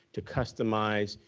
to customize,